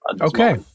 Okay